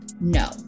No